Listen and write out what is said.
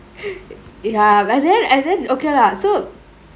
ya but then and then okay lah so